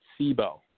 SIBO